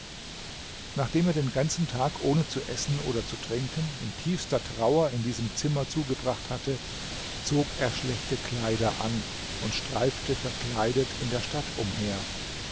nachdem er den ganzen tag ohne zu essen oder zu trinken in tiefster trauer in diesem zimmer zugebracht hatte zog er schlechte kleider an und streifte verkleidet in der stadt umher